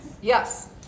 Yes